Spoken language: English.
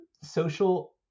Social